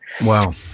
wow